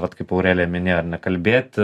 vat kaip aurelija minėjo ar ne kalbėti